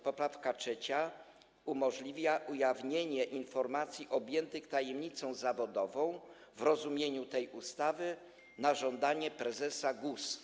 Poprawka trzecia umożliwia ujawnienie informacji objętych tajemnicą zawodową w rozumieniu tej ustawy na żądanie prezesa GUS.